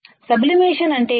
sublimation అంటే ఏమిటి